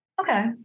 okay